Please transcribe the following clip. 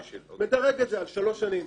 מדרג את זה על שלוש שנים.